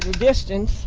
distance